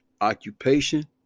Occupation